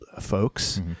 folks